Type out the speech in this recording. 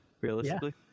realistically